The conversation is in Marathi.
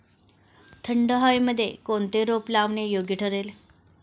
थंड हवेमध्ये कोणते रोप लावणे योग्य ठरेल?